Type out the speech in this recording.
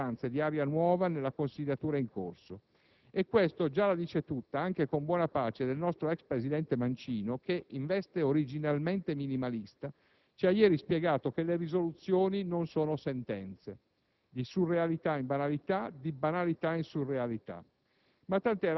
Questo già la dice tutta, con grande malinconia, per chi - come me - aveva affidato grandi speranze di «aria nuova» alla consiliatura in corso. E questo già la dice tutta, anche con buona pace del nostro ex presidente Mancino, che - in veste originalmente minimalista - ci ha spiegato ieri che le risoluzioni non sono sentenze.